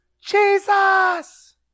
Jesus